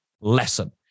lesson